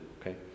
okay